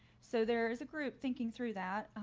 so there is a group thinking through that.